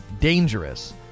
dangerous